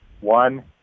One